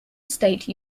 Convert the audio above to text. state